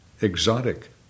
Exotic